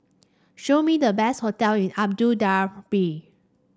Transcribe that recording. show me the best hotel in Abu Dhabi